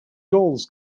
dolls